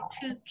two